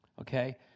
Okay